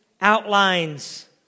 outlines